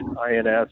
INS